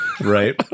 Right